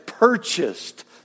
purchased